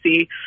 see